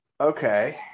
okay